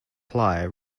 apply